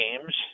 games